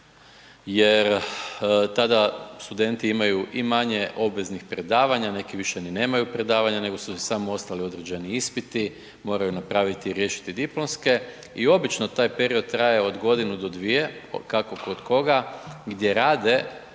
jer tada studenti imaju i manje obveznih predavanja, neki više ni nemaju predavanja nego su im ostali samo određeni ispiti, moraju napraviti i riješiti diplomske. I obično taj period traje od godinu do dvije, kako kod koga, gdje rade,